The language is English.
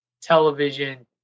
television